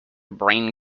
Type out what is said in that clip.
brain